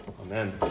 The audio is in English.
Amen